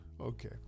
Okay